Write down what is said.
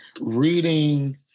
Reading